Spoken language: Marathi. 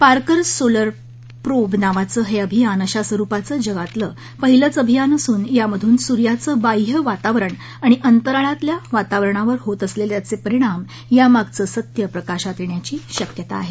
पार्कर सोलर प्रोब नावाचं हे अभियान अशा स्वरूपाचं जगातलं पाहिलंच अभियान असुन यामधून सुर्याचं बाह्य वातावरण आणि अंतराळातल्या वातावरणावर होत असलेले त्याचे परिणाम यामागचं सत्य प्रकाशात येण्याची शक्यता आहे